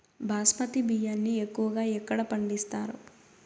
బాస్మతి బియ్యాన్ని ఎక్కువగా ఎక్కడ పండిస్తారు?